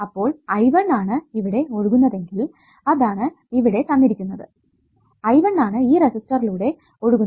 അപ്പോൾ I1 ആണ് ഇവിടെ ഒഴുകുന്നതെങ്കിൽ അതാണ് ഇവിടെ തന്നിരിക്കുന്നത് I1 ആണ് ഈ റെസിസ്റ്ററിലൂടെ ഒഴുകുന്നത്